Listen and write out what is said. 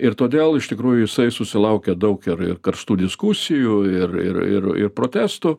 ir todėl iš tikrųjų jisai susilaukė daug ir ir karštų diskusijų ir ir ir ir protestų